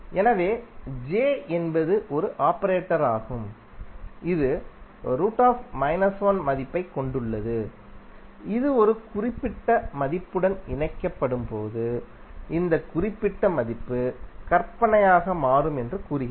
எனவே j என்பது ஒரு ஆபரேட்டராகும் இது மதிப்பைக் கொண்டுள்ளது இது ஒரு குறிப்பிட்ட மதிப்புடன் இணைக்கப்படும்போது இந்த குறிப்பிட்ட மதிப்பு கற்பனையாக மாறும் என்று கூறுகிறது